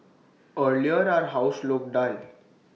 earlier our house looked dull